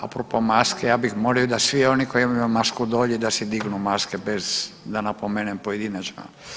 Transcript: A propos maski ja bih molio da svi oni koji imaju masku dolje da si dignu maske bez da napomenem pojedinačno.